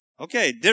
Okay